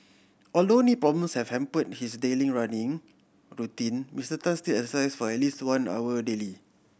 although knee problems have his daily running routine Mister Tan still exercises for at least one hour daily